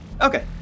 okay